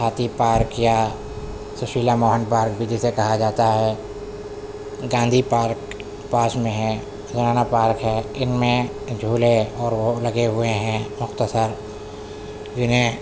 ہاتھی پارک یا سوشیلا موہن پارک بھی جسے کہا جاتا ہے گاندھی پارک پاس میں ہے زنانہ پارک ہے ان میں جھولے اور وہ لگے ہوئے ہیں مختصر جنہیں